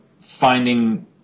finding